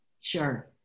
Sure